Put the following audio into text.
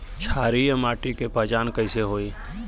क्षारीय माटी के पहचान कैसे होई?